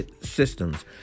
Systems